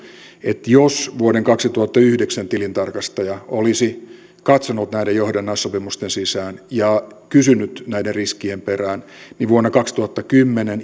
että jos vuoden kaksituhattayhdeksän tilintarkastaja olisi katsonut näiden johdannaissopimusten sisään ja kysynyt näiden riskien perään niin vuosina kaksituhattakymmenen